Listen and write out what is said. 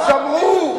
אז אמרו.